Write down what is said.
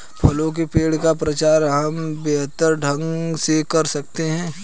फलों के पेड़ का प्रचार हम बेहतर ढंग से कर सकते हैं